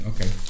Okay